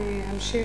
אני אמשיך.